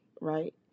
right